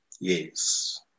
Yes